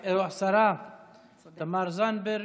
תודה, השרה תמר זנדברג.